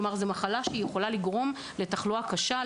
זו מחלה שיכולה לגרום למחלה קשה,